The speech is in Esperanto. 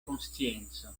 konscienco